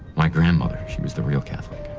my grandmother, she was the real catholic.